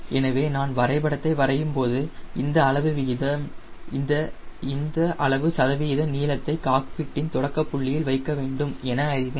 எனவே நான் வரைபடத்தை வரையும் போது இந்த அளவு சதவீதம் நீளத்தை காக்பிட்டின் தொடக்கப் புள்ளியில் வைக்க வேண்டும் என அறிவேன்